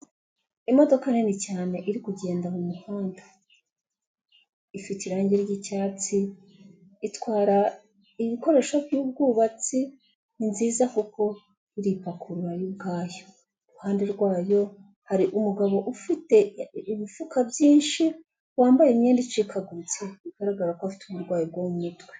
Imodoka nini cyane irikugenda mu muhanda. Ifite irangi ry'icyatsi. Itwara ibikoresho by'ubwubatsi ni nziza kuko iripakurura yo ubwayo. Iruhande rwayo hari umugabo ufite ibifuka byinshi wambaye imyenda icikaguritse, bigaragara ko afite uburwayi bwo mu mutwe.